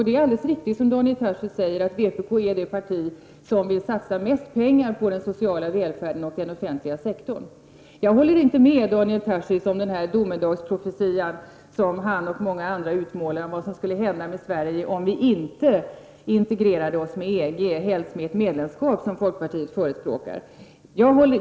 Det är alldeles riktigt, som Daniel Tarschys säger, att vpk är det parti som vill satsa mest pengar på den sociala välfärden och på den offentliga sektorn. Jag instämmer inte i den domedagsprofetia som Daniel Tarschys och många andra gör om vad som skulle hända med Sverige, om vi inte integrerade oss med EG, helst genom ett medlemskap, som folkpartiet förespråkar.